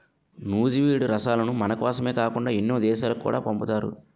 నూజివీడు రసాలను మనకోసమే కాకుండా ఎన్నో దేశాలకు కూడా పంపుతారు